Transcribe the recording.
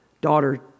daughter